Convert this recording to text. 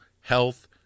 health